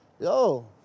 Yo